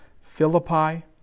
Philippi